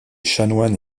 chanoine